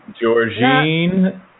Georgine